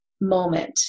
moment